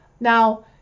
Now